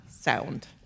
sound